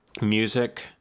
music